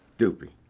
doopey,